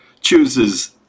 chooses